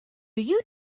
you